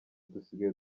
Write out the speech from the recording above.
dusigaye